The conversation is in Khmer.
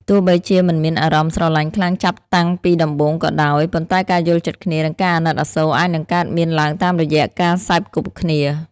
ទោះបីជាមិនមានអារម្មណ៍ស្រឡាញ់ខ្លាំងចាប់តាំងពីដំបូងក៏ដោយ ប៉ុន្តែការយល់ចិត្តគ្នា និងការអាណិតអាសូរអាចនឹងកើតមានឡើងតាមរយៈការសេពគប់គ្នា។